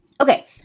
Okay